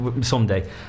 someday